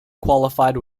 qualified